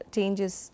Changes